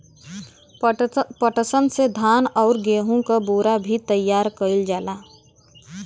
पटसन से धान आउर गेहू क बोरा भी तइयार कइल जाला